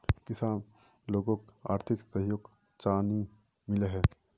किसान लोगोक आर्थिक सहयोग चाँ नी मिलोहो जाहा?